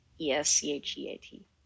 E-S-C-H-E-A-T